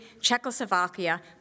Czechoslovakia